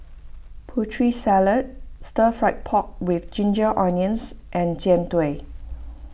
Putri Salad Stir Fry Pork with Ginger Onions and Jian Dui